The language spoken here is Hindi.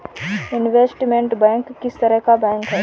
इनवेस्टमेंट बैंक किस तरह का बैंक है?